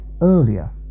earlier